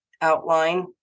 outline